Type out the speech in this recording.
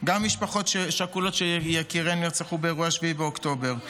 גם משפחות שכולות שיקיריהן נרצחו באירועי 7 באוקטובר.